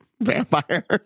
vampire